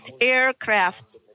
aircraft